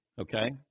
Okay